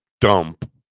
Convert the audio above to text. dump